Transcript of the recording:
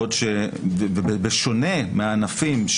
בעוד שבשונה מענפים,